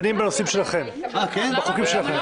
והצעת חוק למניעת אלימות במשפחה (תיקון - התחייבות לקבלת טיפול),